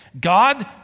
God